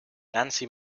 nancy